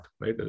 right